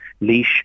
Leash